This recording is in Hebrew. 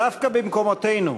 דווקא במקומותינו,